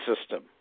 system